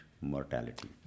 Mortality